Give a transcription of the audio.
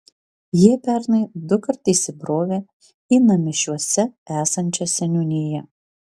jie pernai dukart įsibrovė į namišiuose esančią seniūniją